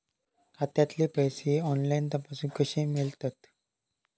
खात्यातले पैसे ऑनलाइन तपासुक कशे मेलतत?